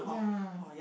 yeah